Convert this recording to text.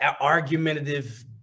argumentative